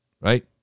Right